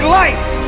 life